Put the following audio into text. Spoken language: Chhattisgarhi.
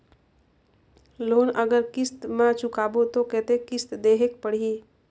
लोन अगर किस्त म चुकाबो तो कतेक किस्त देहेक पढ़ही?